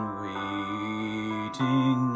waiting